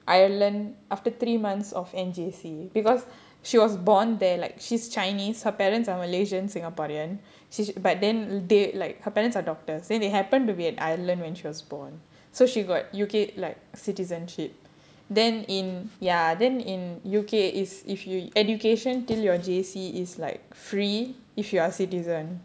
ireland after three months of N_J_C because she was born there like she's chinese her parents are malaysian singaporean she's but then they like her parents are doctors then they happened to be at ireland when she was born so she got U_K like citizenship then in ya then in U_K is if you education till your J_C is like free if you are citizen